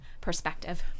perspective